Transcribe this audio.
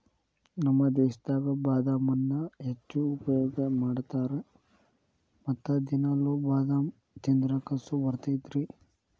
ನಮ್ಮ ದೇಶದಾಗ ಬಾದಾಮನ್ನಾ ಹೆಚ್ಚು ಉಪಯೋಗ ಮಾಡತಾರ ಮತ್ತ ದಿನಾಲು ಬಾದಾಮ ತಿಂದ್ರ ಕಸು ಬರ್ತೈತಿ